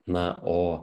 na o